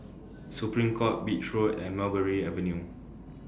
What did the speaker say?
Supreme Court Beach Road and Mulberry Avenue